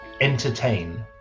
entertain